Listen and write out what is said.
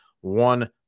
one